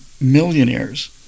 millionaires